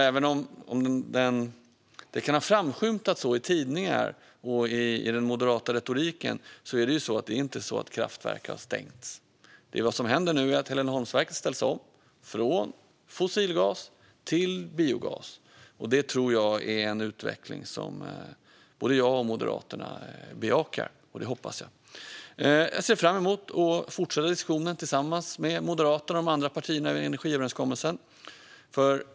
Även om det kan ha framskymtat i tidningar och i den moderata retoriken är det inte så att kraftverk har stängts. Vad som händer nu är att Heleneholmsverket ställs om från fossilgas till biogas. Det tror jag är en utveckling som både jag och Moderaterna bejakar. Jag ser fram emot att fortsätta diskussionen tillsammans med Moderaterna och de andra partierna i energiöverenskommelsen.